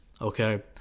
okay